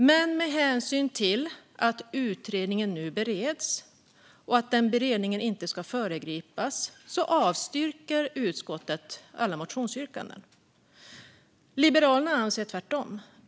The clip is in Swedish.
Men med hänsyn till att utredningen nu bereds och att den beredningen inte ska föregripas avstyrker utskottet alla motionsyrkanden. Liberalerna anser det motsatta.